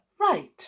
right